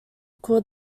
call